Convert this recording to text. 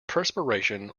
perspiration